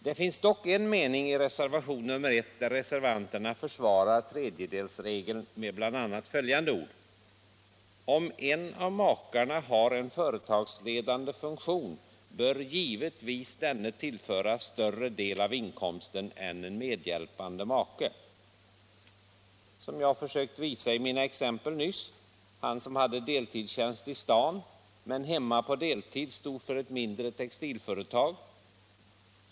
Det finns dock en mening i reservation nr 1, där reservanterna försvarar tredjedelsregeln med bl.a. följande ord: ”Om en av makarna har en företagsledande funktion bör givetvis denne tillförås större del av inkomsten än en medhjälpande make.” Jag återvänder till ett av mina exempel: Han hade deltidstjänst i staden men förestod hemma på deltid ett mindre textilföretag.